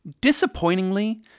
Disappointingly